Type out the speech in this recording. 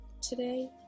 today